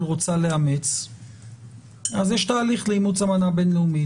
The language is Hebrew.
רוצה לאמץ יש תהליך לאימוץ אמנה בין-לאומית.